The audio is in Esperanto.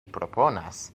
proponas